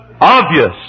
obvious